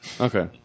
Okay